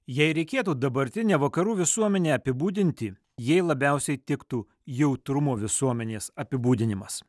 jei reikėtų dabartinę vakarų visuomenę apibūdinti jai labiausiai tiktų jautrumo visuomenės apibūdinimas